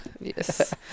Yes